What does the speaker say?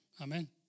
Amen